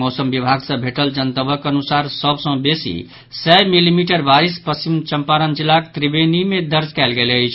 मौसम विभाग सॅ भेटल जनतबक अनुसार सभ सॅ बेसी सय मिलीमीटर बारिस पश्चिम चंपारण जिलाक त्रिवेणी मे दर्ज कयल गेल अछि